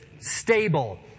stable